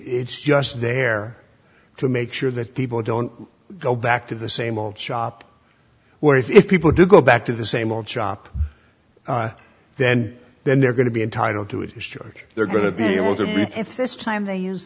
it's just there to make sure that people don't go back to the same old shop where if people do go back to the same old shop then then they're going to be entitled to it history they're going to be able to me if this time they use